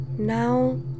Now